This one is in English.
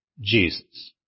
Jesus